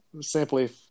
simply